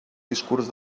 discurs